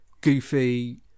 goofy